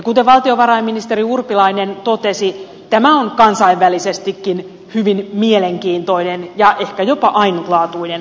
kuten valtiovarainministeri urpilainen totesi tämä on kansainvälisestikin hyvin mielenkiintoinen ja ehkä jopa ainutlaatuinen valinta